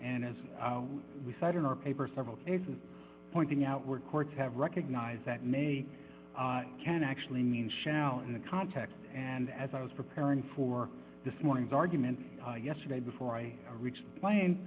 and as we said in our paper several cases pointing out where courts have recognized that may can actually mean shall in the context and as i was preparing for this morning's argument yesterday before i reached